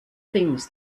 things